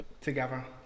together